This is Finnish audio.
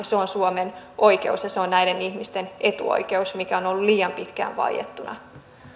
se on suomen oikeus ja se on näiden ihmisten etuoikeus mikä on ollut liian pitkään vaiettuna